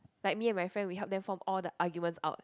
like me and my friend we help them form all the arguments out